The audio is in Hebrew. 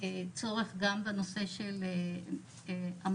צורך גם בנושא של המרצים,